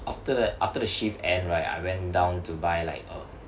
after the after the shift end right I went down to buy like uh